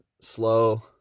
slow